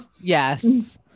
Yes